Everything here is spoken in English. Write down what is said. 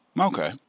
okay